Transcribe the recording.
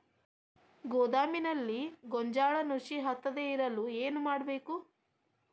ಗೋದಾಮಿನಲ್ಲಿ ಗೋಂಜಾಳ ನುಸಿ ಹತ್ತದೇ ಇರಲು ಏನು ಮಾಡುವುದು?